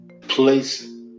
place